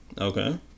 Okay